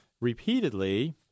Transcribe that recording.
repeatedly